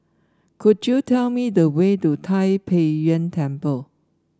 could you tell me the way to Tai Pei Yuen Temple